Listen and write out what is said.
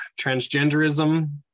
transgenderism